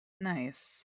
nice